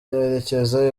yerekeza